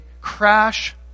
crash